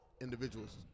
individuals